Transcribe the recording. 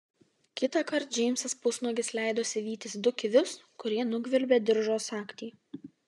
kitąkart džeimsas pusnuogis leidosi vytis du kivius kurie nugvelbė diržo sagtį